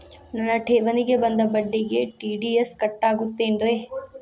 ನನ್ನ ಠೇವಣಿಗೆ ಬಂದ ಬಡ್ಡಿಗೆ ಟಿ.ಡಿ.ಎಸ್ ಕಟ್ಟಾಗುತ್ತೇನ್ರೇ?